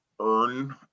earn